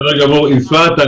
ראש עיריית אילת.